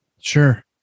Sure